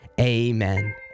Amen